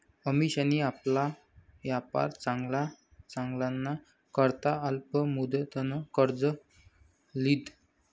अमिशानी आपला यापार चांगला चालाना करता अल्प मुदतनं कर्ज ल्हिदं